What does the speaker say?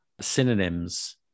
synonyms